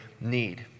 need